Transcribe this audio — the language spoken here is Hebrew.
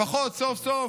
לפחות סוף-סוף